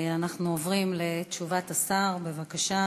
אנחנו עוברים לתשובת השר, בבקשה.